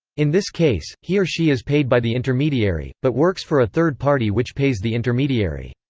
in this case, he or she is paid by the intermediary, but works for a third party which pays the intermediary.